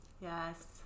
Yes